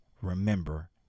remember